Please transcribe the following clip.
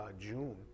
June